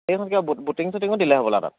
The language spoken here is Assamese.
এইখন কিবা ব ব'টিং চ'টিঙো দিলে হ'বলা তাত